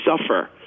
suffer